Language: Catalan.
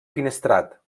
finestrat